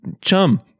chum